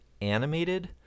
animated